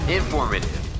informative